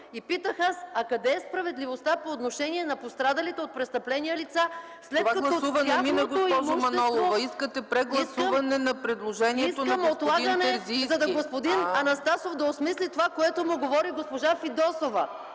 Аз питах: а къде е справедливостта по отношение на пострадалите от престъпления лица, след като тяхното имущество… ПРЕДСЕДАТЕЛ ЦЕЦКА ЦАЧЕВА: Това гласуване мина, госпожо Манолова. Искате прегласуване на предложението на господин Терзийски. МАЯ МАНОЛОВА: Искам отлагане, за да може господин Анастасов да осмисли това, което му говори госпожа Фидосова,